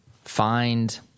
find